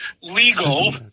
legal